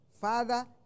Father